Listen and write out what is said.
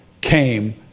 came